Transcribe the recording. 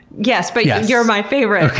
yes. but yeah you're my favorite.